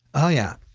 oh yeah,